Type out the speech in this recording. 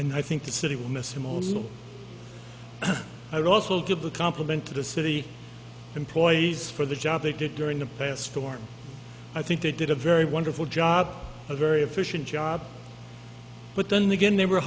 and i think the city will miss him a little i'd also give the compliment to the city employees for the job they did during the past storm i think they did a very wonderful job a very efficient job but then again they were